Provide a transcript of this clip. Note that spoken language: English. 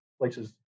places